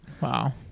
Wow